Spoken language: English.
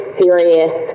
serious